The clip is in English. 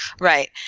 Right